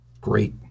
great